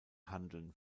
handeln